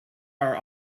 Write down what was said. are